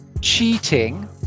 cheating